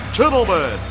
gentlemen